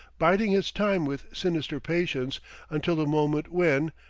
biding his time with sinister patience until the moment when,